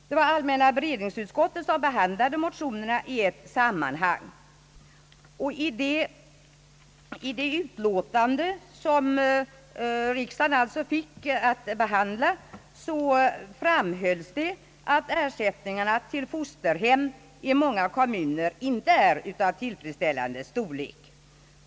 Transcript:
Det var allmänna beredningsutskottet som behandlade motionerna i ett sammanhang. I det utlåtande som riksdagen fick att behandla framhölls att ersättningarna till fosterhem i många kommuner inte är av tillfredsställande storlek.